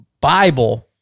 Bible